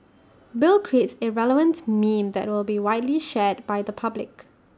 bill creates A relevant meme that will be widely shared by the public